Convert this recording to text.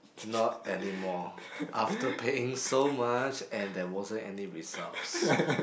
not anymore after paying so much and there wasn't any results